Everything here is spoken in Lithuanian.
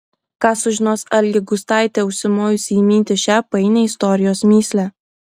ką sužinos algė gustaitė užsimojusi įminti šią painią istorijos mįslę